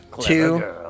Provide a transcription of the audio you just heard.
two